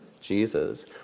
Jesus